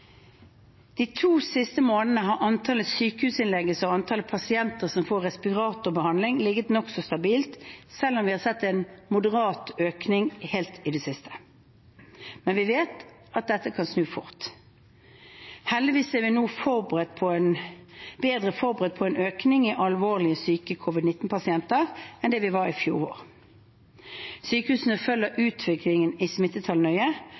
De to siste månedene har antall sykehusinnleggelser og antall pasienter som får respiratorbehandling, ligget nokså stabilt, selv om vi har sett en moderat økning helt i det siste. Men vi vet at dette kan snu fort. Heldigvis er vi nå bedre forberedt på en økning i alvorlig syke covid-19-pasienter enn vi var i fjor vår. Sykehusene følger utviklingen i smittetall nøye